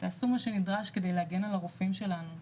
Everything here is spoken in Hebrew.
שתעשו מה שנדרש, כדי להגן על הרופאים שלנו,